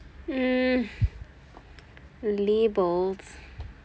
mm labels